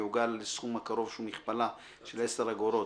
יעוגל לסכום הקרוב שהוא מכפלה של 10 אגורות,